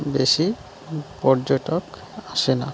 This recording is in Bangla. বেশি পর্যটক আসে না